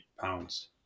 pounds